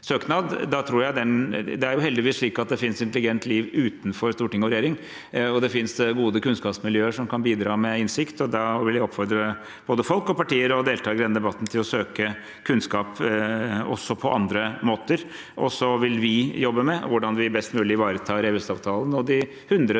Det er heldigvis slik at det finnes intelligent liv utenfor storting og regjering, og det finnes gode kunnskapsmiljøer som kan bidra med innsikt. Jeg vil oppfordre både folk, partier og deltakere i denne debatten til å søke kunnskap også på andre måter, og så vil vi jobbe med hvordan vi best mulig ivaretar EØS-avtalen